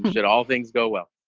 but at all, things go well.